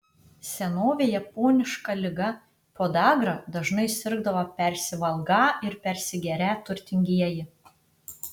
senovėje poniška liga podagra dažnai sirgdavo persivalgą ir persigerią turtingieji